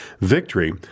Victory